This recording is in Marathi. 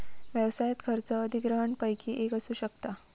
व्यवसायात खर्च अधिग्रहणपैकी एक असू शकता